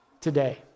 today